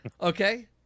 okay